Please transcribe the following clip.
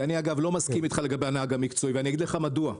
אני לא מסכים אתך לגבי הנהג המקצועי ואגיד לך מדוע.